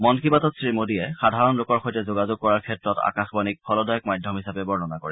মন কী বাতত শ্ৰীমোদীয়ে সাধাৰণ লোকৰ সৈতে যোগাযোগ কৰাৰ ক্ষেত্ৰত আকাশবাণীক ফলদায়ক মাধ্যম হিচাপে বৰ্ণনা কৰে